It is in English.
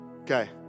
Okay